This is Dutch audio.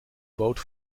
boot